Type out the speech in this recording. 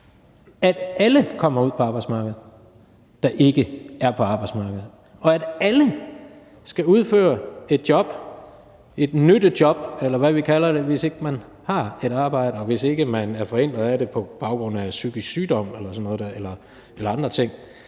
at alle, der ikke er på arbejdsmarkedet, kommer ud på arbejdsmarkedet, og at alle skal udføre et job, et nyttejob, eller hvad vi kalder det, hvis ikke man har et arbejde, og hvis ikke man er forhindret på grund af psykisk sygdom eller sådan